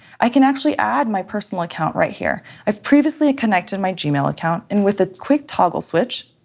i can actually add my personal account right here. i've previously connected my gmail account and with a quick toggle switch,